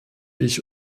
ich